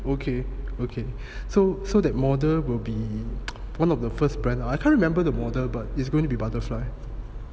okay okay so so that model will be one of the first brand I can't remember the model but it's going to be butterfly